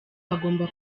bagomba